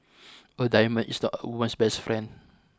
a diamond is not a woman's best friend